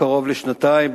קרוב לשנתיים,